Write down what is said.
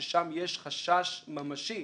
ששם יש חשש ממשי